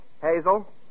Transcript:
Hazel